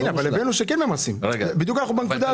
הינה, אבל הבנו שכן ממסים, זאת בדיוק הנקודה.